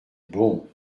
bon